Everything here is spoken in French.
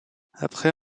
après